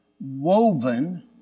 woven